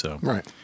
Right